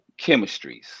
chemistries